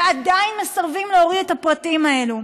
ועדיין מסרבים להוריד את הפרטים האלה.